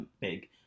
big